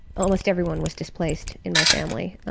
almost everyone was displaced in my family,